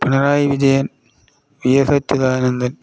Pinarayi Vijayan V S Achuthanandan